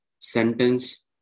sentence